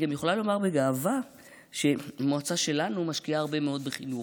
אני גם יכולה לומר בגאווה שהמועצה שלנו משקיעה הרבה מאוד בחינוך.